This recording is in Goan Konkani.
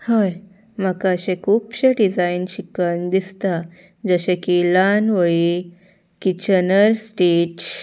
हय म्हाका अशे खुबशे डिजायन शिकन दिसता जशें की ल्हान वळी किचनर स्टिच